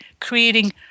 creating